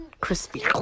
crispy